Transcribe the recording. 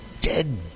dead